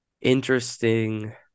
interesting